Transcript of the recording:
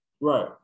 Right